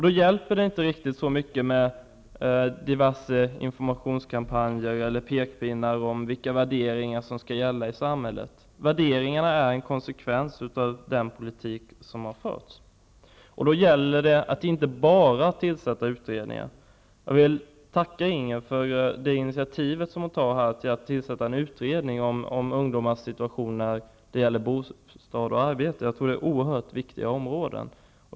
Då hjälper det inte så mycket med diverse informationskampanjer eller pekpinnar om vilka värderingar som skall gälla i samhället. Värderingarna är en konsekvens av den politik som har förts. Då gäller det att det inte bara utredningar tillsätts. Jag vill emellertid tacka Inger Davidson för det initiativ som hon nu tar till att tillsätta en utredning om ungdomars situation när det gäller bostad och arbete. Jag tror att detta är oerhört viktiga områden.